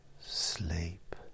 sleep